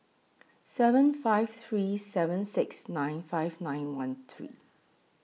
seven five three seven six nine five nine one three